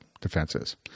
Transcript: defenses